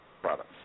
products